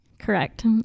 Correct